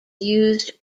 used